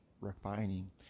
refining